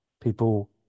people